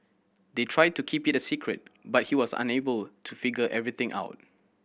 they tried to keep it secret but he was unable to figure everything out